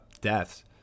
deaths